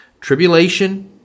tribulation